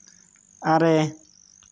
ᱟᱨᱮ